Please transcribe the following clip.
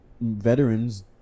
veterans